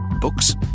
Books